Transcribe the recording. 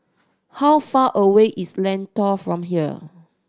how far away is Lentor from here